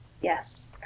yes